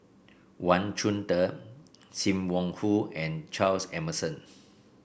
Wang Chunde Sim Wong Hoo and Charles Emmerson